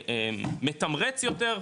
מתמרץ יותר,